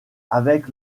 avec